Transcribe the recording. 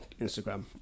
instagram